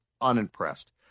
unimpressed